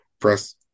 press